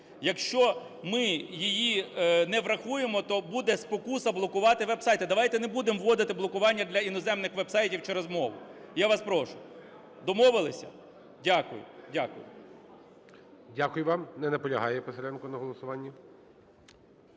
Якщо ми її не врахуємо, то буде спокуса блокувати веб-сайти. Давайте не будемо вводити блокування для іноземних веб-сайтів через мову, я вас прошу. Домовились? Дякую. Дякую. ГОЛОВУЮЧИЙ. Дякую вам. Не наполягає Писаренко на голосуванні.